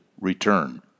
return